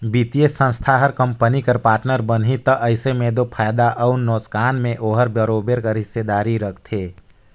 बित्तीय संस्था हर कंपनी कर पार्टनर बनही ता अइसे में दो फयदा अउ नोसकान में ओहर बरोबेर कर हिस्सादारी रखथे